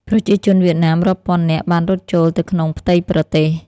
ប្រជាជនវៀតណាមរាប់ពាន់នាក់បានរត់ចូលទៅក្នុងផ្ទៃប្រទេស។